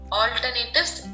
alternatives